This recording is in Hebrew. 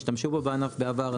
השתמשו בו בענף בעבר,